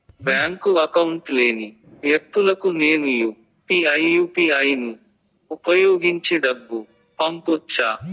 Bank account లేని వ్యక్తులకు నేను యు పి ఐ యు.పి.ఐ ను ఉపయోగించి డబ్బు పంపొచ్చా?